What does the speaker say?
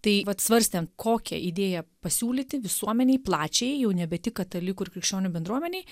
tai vat svarstėm kokią idėją pasiūlyti visuomenei plačiai jau nebe tik katalikų ir krikščionių bendruomenei